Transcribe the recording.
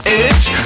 edge